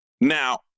Now